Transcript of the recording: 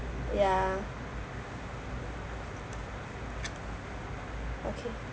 ya okay